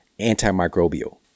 antimicrobial